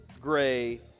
Gray